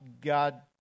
God